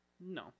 No